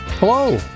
Hello